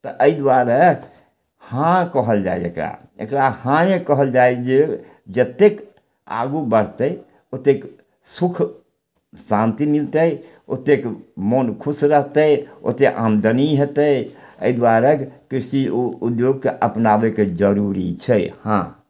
तऽ अइ दुआरे हाँ कहल जाइ एकरा एकरा हाँये कहल जाइ जे जतेक आगू बढ़तइ ओतेक सुख शान्ति मिलतइ ओतेक मोन खुश रहतै ओत्ते आमदनी हेतइ अइ दुआरे कृषि उद्योगके अपनाबयके जरूरी छै हँ